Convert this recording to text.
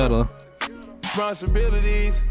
Responsibilities